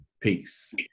peace